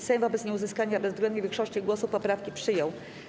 Sejm wobec nieuzyskania bezwzględnej większości głosów poprawki przyjął.